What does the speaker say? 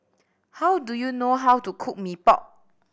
how do you know how to cook Mee Pok